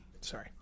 sorry